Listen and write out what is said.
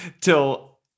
till